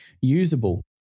usable